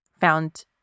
found